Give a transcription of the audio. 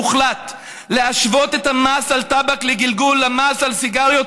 הוחלט להשוות את המס על טבק לגלגול למס על סיגריות,